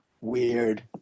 weird